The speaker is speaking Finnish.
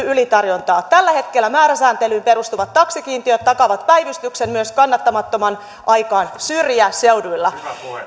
ylitarjontaa tällä hetkellä määräsääntelyyn perustuvat taksikiintiöt takaavat päivystyksen myös kannattamattomaan aikaan syrjäseuduilla